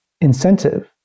incentive